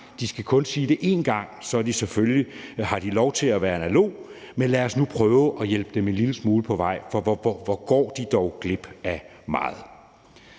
De skal kun sige det en gang, og så har de selvfølgelig lov til at være analoge, men lad os nu prøve at hjælpe dem en lille smule på vej, for hvor går de dog glip af meget.